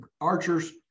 archers